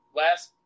last